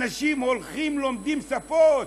אנשים הולכים, לומדים שפות.